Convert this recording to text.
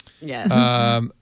Yes